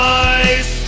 eyes